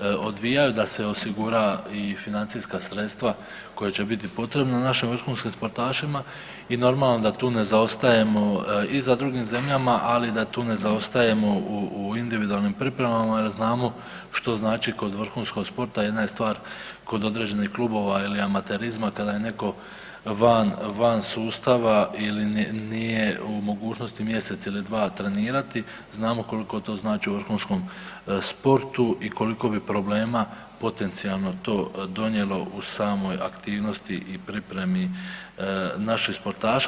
odvijaju, da se osigura i financijska sredstava koja će biti potrebna našim vrhunskim sportašima i normalno da tu ne zaostajemo i za drugim zemljama, ali da tu ne zaostajemo u individualnim pripremama jer znamo što znači kod vrhunskog sporta, jedna je stvar kod određenih klubova ili amaterizma kad je netko van, van sustava ili nije u mogućnosti mjesec ili dva trenirati, znamo koliko to znači vrhunskom sportu i koliko bi problema potencijalno to donijelo u samoj aktivnosti i pripremi naših sportaša.